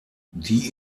die